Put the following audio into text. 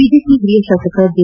ಬಿಜೆಪಿಯ ಹಿರಿಯ ಶಾಸಕ ಜೆ